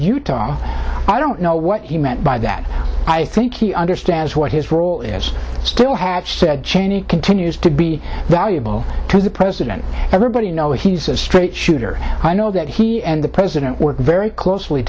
utah i don't know what you meant by that i think he understands what his role is still hatch said cheney continues to be valuable to the president everybody know he's a straight shooter i know that he and the president work very closely